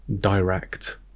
direct